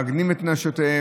מעגנים את נשותיהם,